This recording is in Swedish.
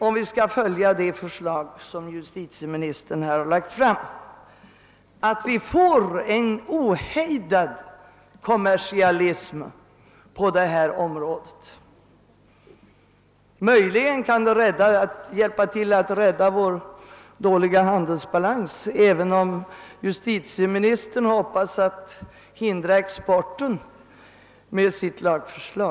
Om vi följer det förslag som justitieministern har lagt fram, finns det risker för att vi får en ohejdad kommersialism på det här området. Möjligen kan detta hjälpa till att rädda' vår dåliga handelsbalans, även om justitieministern hoppas hindra exporten med sitt lagförslag.